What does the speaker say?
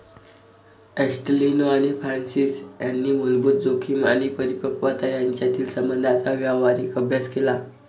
ॲस्टेलिनो आणि फ्रान्सिस यांनी मूलभूत जोखीम आणि परिपक्वता यांच्यातील संबंधांचा व्यावहारिक अभ्यास केला